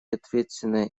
ответственное